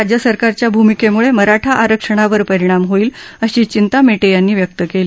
राज्य सरकारच्या भूमिकेम्ळे मराठा आरक्षणावर परिणाम होईल अशी चिंता मेटे यांनी व्यक्त केली